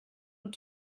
und